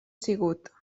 sigut